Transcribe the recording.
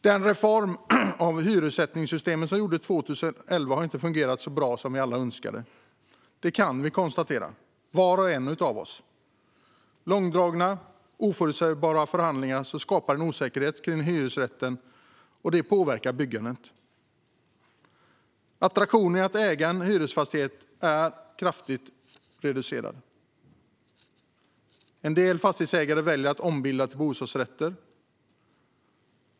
Den reform av hyressättningssystemet som gjordes 2011 har inte fungerat så bra som vi alla önskade. Det kan var och en av oss konstatera. Långdragna och oförutsägbara förhandlingar skapar en osäkerhet kring hyresrätten, och det påverkar byggandet. Attraktionen i att äga en hyresfastighet är kraftigt reducerad. En del fastighetsägare väljer att ombilda fastigheten till bostadsrätter.